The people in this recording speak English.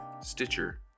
Stitcher